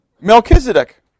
Melchizedek